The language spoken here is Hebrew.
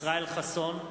ישראל חסון,